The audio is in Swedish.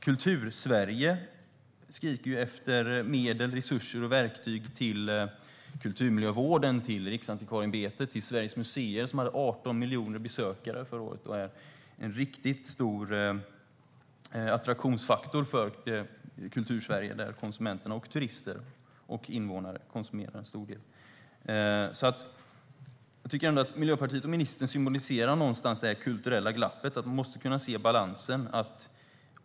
Kultursverige skriker efter medel, resurser och verktyg till kulturmiljövården, Riksantikvarieämbetet och Sveriges museer, som hade 18 miljoner besökare förra året och är en riktigt stor attraktionsfaktor för Kultursverige för både invånare och turister. Jag tycker att Miljöpartiet och ministern symboliserar det kulturella glappet. Vi måste kunna se balansen.